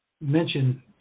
mention